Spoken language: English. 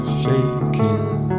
shaking